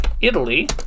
Italy